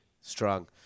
Strong